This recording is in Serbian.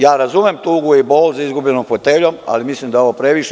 Ja razumem tugu i bol za izgubljenom foteljom, ali mislim da je ovo previše.